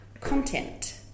content